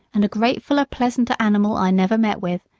and a gratefuller, pleasanter animal i never met with,